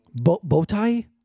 Bowtie